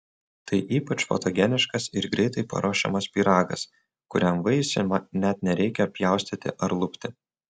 tai ypač fotogeniškas ir greitai paruošiamas pyragas kuriam vaisių net nereikia pjaustyti ar lupti